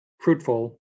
fruitful